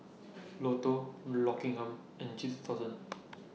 Lotto Rockingham and G two thousand